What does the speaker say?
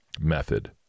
method